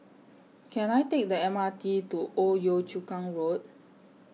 Can I Take The M R T to Old Yio Chu Kang Road